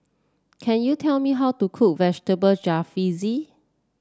can you tell me how to cook Vegetable Jalfrezi